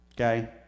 okay